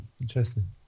Interesting